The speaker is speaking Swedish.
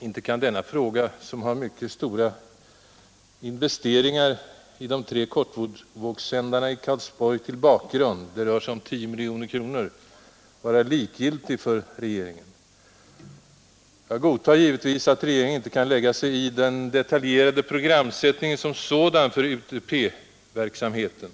Inte kan denna fråga, som har mycket stora investeringar i de tre nya kortvågssändarna i Karlsborg till bakgrund , vara likgiltig för regeringen? Jag godtar givetvis att regeringen inte kan lägga sig i den mera detaljerade programsättningen för UTP-verksamheten.